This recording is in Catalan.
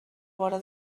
vora